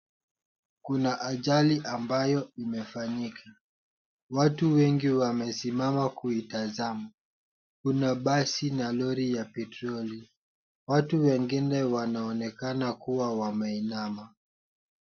Kuna ajali ambayo imefanyika. Watu wengi wamesimama kuitazama. Kuna basi na lori la petroli. Watu wengine wanaonekana kuwa wameinama.